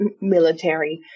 military